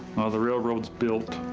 ah the railroads built.